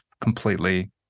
completely